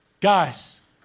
Guys